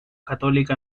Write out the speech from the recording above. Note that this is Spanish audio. católica